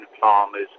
farmers